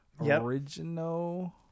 Original